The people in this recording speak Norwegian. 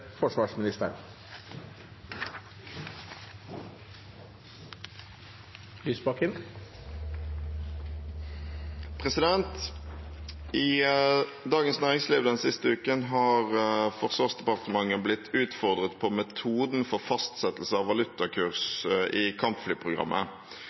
Dagens Næringsliv den siste uken har Forsvarsdepartementet blitt utfordret på metoden for fastsettelse av